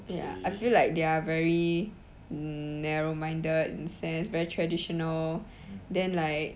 ya I feel like they're very narrow minded in a sense very traditional then like